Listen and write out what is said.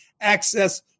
access